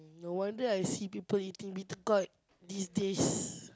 no wonder I see people eating bittergourd these days